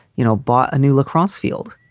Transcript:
you know, bought a new lacrosse field.